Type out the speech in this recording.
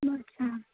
बरं हां